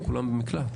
לא כולם במקלט.